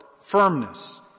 firmness